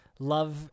love